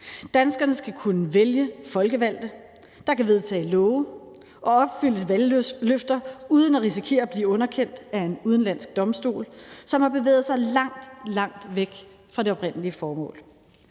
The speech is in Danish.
Danskerne skal kunne vælge folkevalgte, der kan vedtage love og opfylde valgløfter uden at risikere at blive underkendt af en udenlandsk domstol, som har bevæget sig langt, langt væk fra det oprindelige formål.